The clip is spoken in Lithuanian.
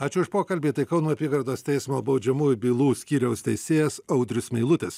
ačiū už pokalbį tai kauno apygardos teismo baudžiamųjų bylų skyriaus teisėjas audrius meilutis